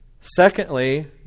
Secondly